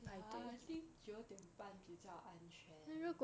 ya actually 九点半比较安全